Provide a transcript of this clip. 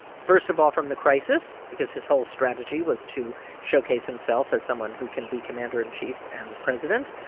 first of all, from the crisis because his whole strategy was to showcase himself as someone who can be commander in chief and president.